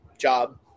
job